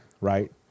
right